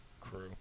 crew